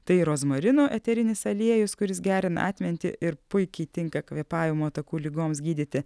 tai rozmarinų eterinis aliejus kuris gerina atmintį ir puikiai tinka kvėpavimo takų ligoms gydyti